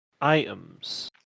items